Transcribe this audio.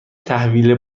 تحویل